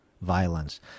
violence